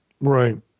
Right